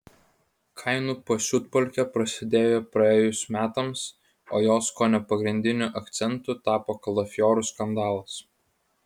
kainų pasiutpolkė prasidėjo praėjus metams o jos kone pagrindiniu akcentu tapo kalafiorų skandalas